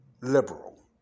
liberal